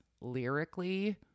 lyrically